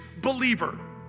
believer